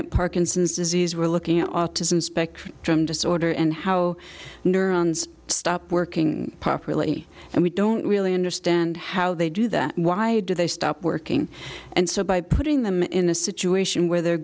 at parkinson's disease we're looking at autism spectrum disorder and how neurons stop working properly and we don't really understand how they do that why do they stop working and so by putting them in a situation where they're